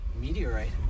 meteorite